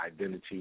identity